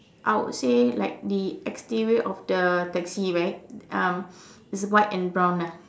I would say like the exterior of the taxi right um it's write and brown ah